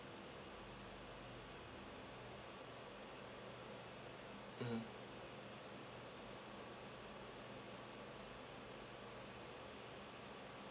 mmhmm